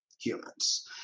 humans